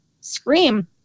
scream